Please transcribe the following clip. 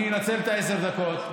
אני אנצל את עשר הדקות.